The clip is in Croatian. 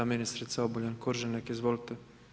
Ministrica Obuljen Koržinek, izvolite.